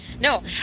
No